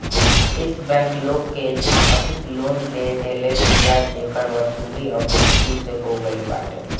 एश bank लोग के एतना अधिका लोन दे देले बिया जेकर वसूली अब मुश्किल हो गईल बाटे